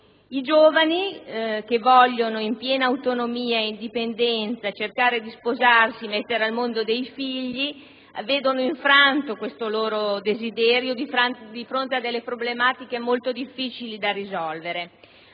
I giovani che desiderano, in piena autonomia e indipendenza, sposarsi e mettere al mondo dei figli vedono infranto questo loro desiderio di fronte a problematiche molto difficili da risolvere.